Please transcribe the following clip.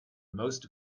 most